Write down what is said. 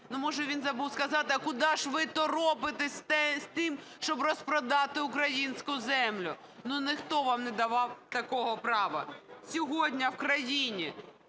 Ну може він забув сказати: "А куди ж ви торопитесь з тим, щоб розпродати українську землю?". Ну ніхто вам не давав такого права! Сьогодні в країні